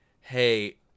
hey